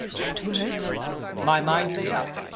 edward my mind's made up.